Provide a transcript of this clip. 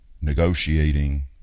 negotiating